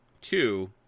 two